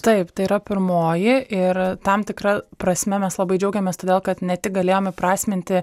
taip tai yra pirmoji ir tam tikra prasme mes labai džiaugiamės todėl kad ne tik galėjom įprasminti